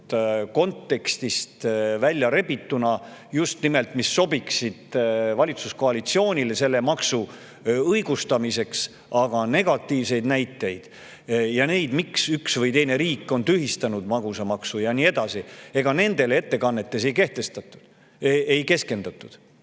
kontekstist välja rebitud, et nad just nimelt sobiksid valitsuskoalitsioonile selle maksu õigustamiseks, aga negatiivsetele näidetele selle kohta, miks üks või teine riik on tühistanud magusamaksu ja nii edasi, nendes ettekannetes kahjuks ei keskendutud.